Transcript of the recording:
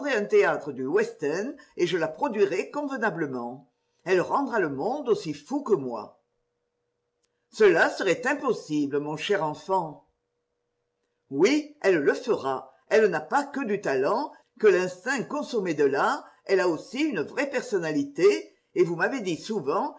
un théâtre du west end et je la produirai convenablement elle rendra le monde aussi fou que moi gela serait impossible mon cher enfant oui elle le fera elle n'a pas que du talent que l'instinct consommé de l'art elle a aussi une vraie personnalité et vous m'avez dit souvent